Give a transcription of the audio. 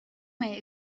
may